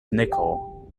nickel